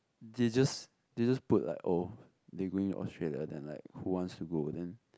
they just they just put like oh they going Australia then like who wants to go then